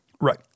right